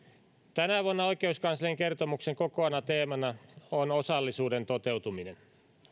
tänä vuonna oikeuskanslerin kertomuksen kokoavana teemana on osallisuuden toteutuminen